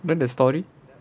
know the story